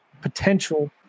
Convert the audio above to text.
potential